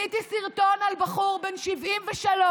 עשיתי סרטון על בחור בן 73,